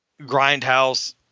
Grindhouse